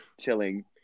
Chilling